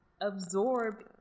absorb